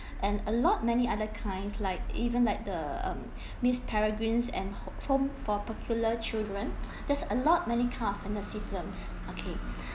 and a lot many other kinds like even like the um miss peregrine's and home for peculiar children there's a lot many kind of fantasy films okay